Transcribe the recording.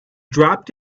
dropped